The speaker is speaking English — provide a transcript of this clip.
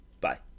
bye